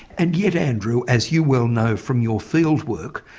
and yet, andrew, as you well know from your fieldwork,